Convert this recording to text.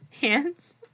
hands